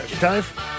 Dave